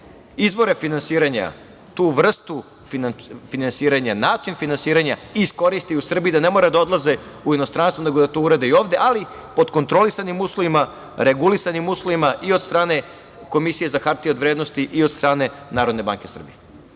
izvore finansiranja, tu vrsta finansiranja, način finansiranja iskoriste u Srbiji, da ne moraju da odlaze u inostranstvo, nego da to urade ovde, ali pod kontrolisanim uslovima, regulisanim uslovima i od strane Komisije za hartije od vrednosti i od strane NBS.U bilo